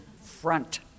Front